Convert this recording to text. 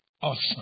Awesome